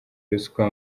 ruswa